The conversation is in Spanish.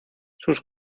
sus